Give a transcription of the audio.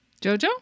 Jojo